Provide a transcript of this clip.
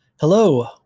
Hello